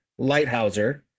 Lighthouser